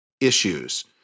issues